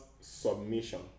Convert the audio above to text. submission